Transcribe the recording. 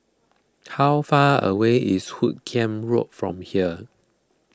how far away is Hoot Kiam Road from here